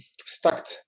stuck